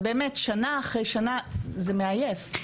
באמת שנה אחרי שנה זה מעייף.